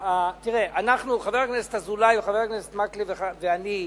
תראה, חבר הכנסת אזולאי, חבר הכנסת מקלב ואני,